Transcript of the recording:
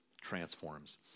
transforms